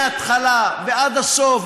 מההתחלה ועד הסוף,